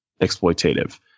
exploitative